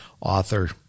author